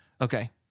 Okay